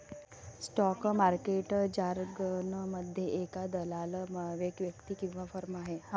stock market जारगनमध्ये, एक दलाल एक व्यक्ती किंवा फर्म आहे